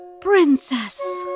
Princess